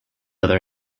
other